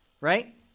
right